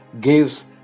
gives